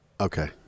Okay